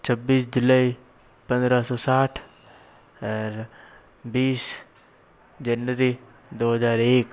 छब्बीस जुलाई पंद्रह सौ साठ अर बीस जनवरी दो हज़ार एक